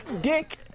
Dick